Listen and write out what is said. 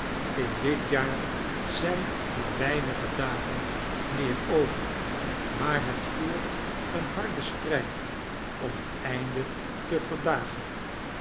in dit jaar zijn maar weinige dagen meer over maar het voert een harden strijd om het einde te verdagen